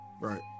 Right